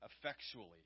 Effectually